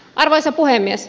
arvoisa puhemies